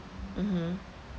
mmhmm